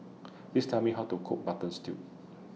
Please Tell Me How to Cook Mutton Stew